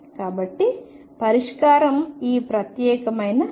కాబట్టి పరిష్కారం ఈ ప్రత్యేకమైన X